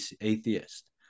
atheist